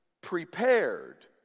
prepared